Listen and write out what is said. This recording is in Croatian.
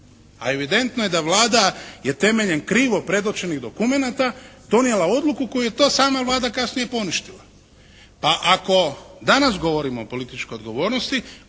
a evidentno je da Vlada je temeljem krivo predočenih dokumenata donijela odluku koju je to sama Vlada kasnije poništila. Pa ako danas govorimo o političkoj odgovornosti